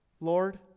Lord